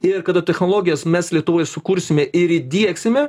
ir kada technologijas mes lietuvoj sukursime ir įdiegsime